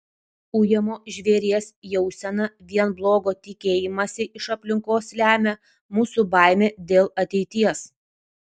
ujamo žvėries jauseną vien blogo tikėjimąsi iš aplinkos lemia mūsų baimė dėl ateities